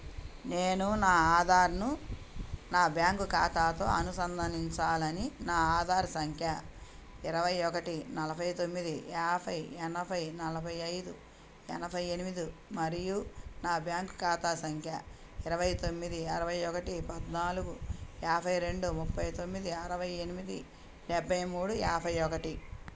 నేను నా ఆధార్ను నా బ్యాంకు ఖాతాతో అనుసంధానించాలని నా ఆధార్ సంఖ్య ఇరవై ఒకటి నలభై తొమ్మిది యాభై ఎనభై నలభై ఐదు ఎనభై ఎనిమిది మరియు నా బ్యాంక్ ఖాతా సంఖ్య ఇరవై తొమ్మిది అరవై ఒకటి పద్నాలుగు యాభై రెండు ముప్పై తొమ్మిది అరవై ఎనిమిది డెబ్బై మూడు యాభై ఒకటి